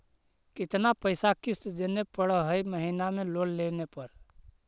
कितना पैसा किस्त देने पड़ है महीना में लोन लेने पर?